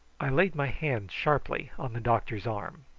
i laid my hand sharply on the doctor's arm.